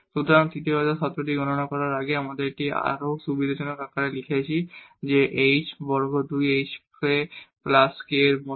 সুতরাং তৃতীয় অর্ডার শব্দটি গণনা করার আগে আমরা এটিকে আরও সুবিধাজনক আকারে লিখেছি যে এটি h বর্গ দুই h k প্লাস k বর্গের মতো